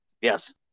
Yes